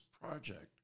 project